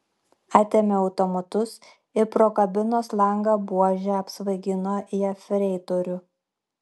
atėmė automatus ir pro kabinos langą buože apsvaigino jefreitorių